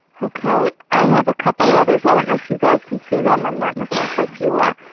ok. i have a couple others. i don't know if you guys can see them. i'm not in the same place you are.